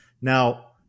Now